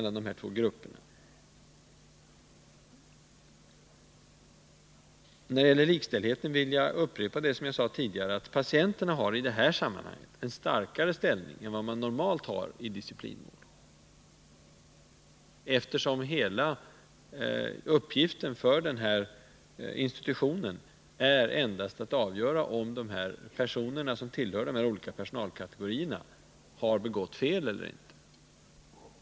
När det gäller likställdhet vill jag upprepa det jag sade, nämligen att patienterna i detta sammanhang har en starkare ställning än man normalt har i disciplinmål, eftersom hela uppgiften för institutionen endast är att avgöra om de personer som tillhör de olika personalkategorierna har begått fel eller inte.